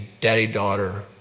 daddy-daughter